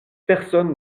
personne